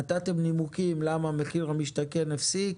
נתתם נימוקים למה מחיר למשתכן הפסיק